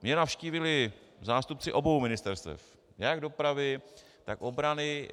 Mě navštívili zástupci obou ministerstev, jak dopravy, tak obrany.